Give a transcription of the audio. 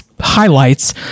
highlights